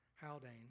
Haldane